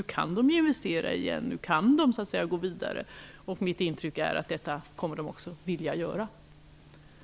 Nu kan de investera igen och gå vidare. Mitt intryck är att de kommer att vilja göra detta.